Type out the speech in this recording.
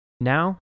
Now